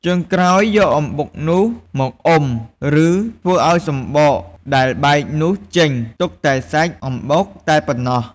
ចុងក្រោយយកអំបុកនោះមកអុំ ឬធ្វើឱ្យសំបកដែលបែកនោះចេញ ទុកតែសាច់អំបុកតែប៉ុណ្ណោះ។